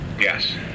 Yes